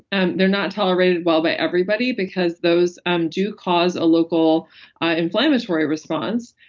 and they're not tolerated well by everybody because those um do cause a local inflammatory response.